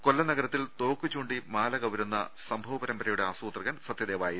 കൊല്ലം നഗരത്തിൽ തോക്ക് ചൂണ്ടി മാല കവ ട രുന്ന സംഭവ പരമ്പരയുടെ ആസൂത്രകൻ സത്യദേവായിരുന്നു